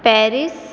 Paris